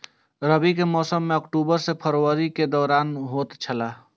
रबी के मौसम अक्टूबर से फरवरी के दौरान होतय छला